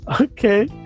Okay